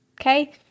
Okay